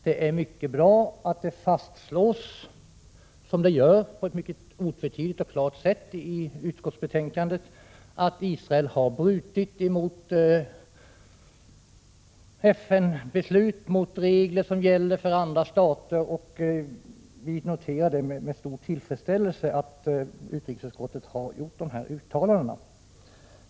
Det är tillfredsställande att det, så som sker, på ett otvetydigt och klart sätt i betänkandet fastslås att Israel har brutit mot FN-beslut och mot regler som gäller för andra stater. Vi noterar med stor tillfredsställelse att utrikesutskottet har gjort de här uttalandena.